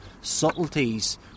subtleties